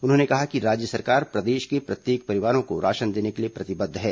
उन्होंने कहा कि राज्य सरकार प्रदेश के प्रत्येक परिवारों को राशन देने के लिए प्रतिबद्ध है